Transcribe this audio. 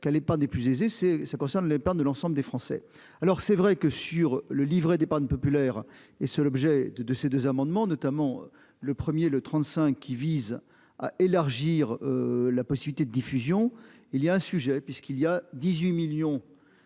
qu'elle est pas des plus aisées. C'est ça concerne les pertes de l'ensemble des Français. Alors c'est vrai que sur le livret d'épargne populaire et c'est l'objet de de ces deux amendements notamment le premier le 35 qui vise à élargir. La possibilité de diffusion. Il y a un sujet puisqu'il y a 18 millions.